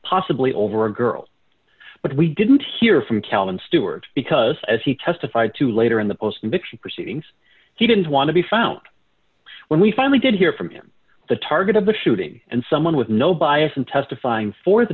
possibly over a girl but we didn't hear from calvin stewart because as he testified to later in the post conviction proceedings he didn't want to be found when we finally did hear from him the target of the shooting and someone with no bias in testifying for the